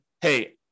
hey